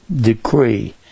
decree